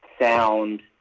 sound